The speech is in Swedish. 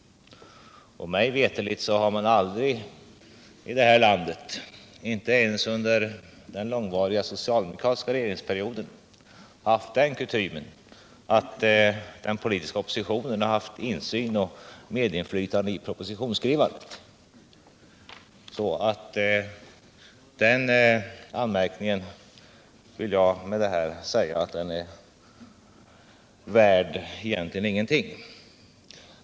Mig veterligt har man aldrig i det här landet — inte ens under den långvariga socialdemokratiska regeringsperioden — haft den kutymen att den politiska oppositionen har haft insyn ioch medinflytande över propositionsskrivandet. Den anmärkningen är alltså egentligen värd ingenting.